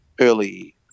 early